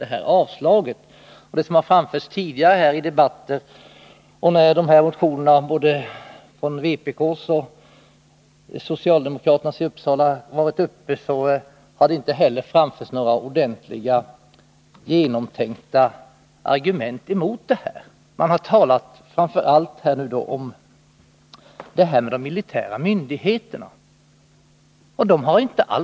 Inte heller har det framförts några ordentliga, genomtänkta argument mot tidigare motioner från vpk och från socialdemokraterna i Uppsala län. Nu har det framför allt talats om de militära myndigheterna.